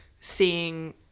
seeing